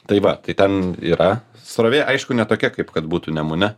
tai va tai ten yra srovė aišku ne tokia kaip kad būtų nemune